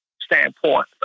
standpoint